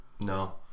No